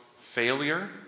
failure